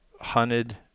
hunted